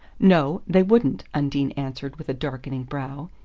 no they wouldn't, undine answered with a darkening brow.